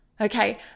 Okay